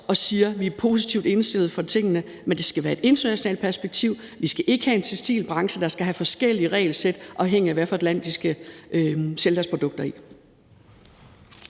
jeg siger, at vi er positivt indstillet over for det, men at vi mener, at det skal være i et internationalt perspektiv. Vi skal ikke have en tekstilbranche, der skal have forskellige regelsæt, afhængigt af hvad for et land de skal sælge deres produkter i.